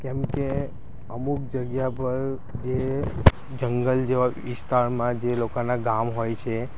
કેમ કે અમુક જગ્યા પર જે જંગલ જેવા વિસ્તારમાં જે લોકોનાં ગામ હોય છે